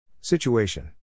Situation